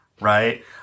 Right